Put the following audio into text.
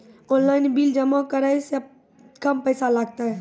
Online bill जमा करै से कम पैसा लागतै?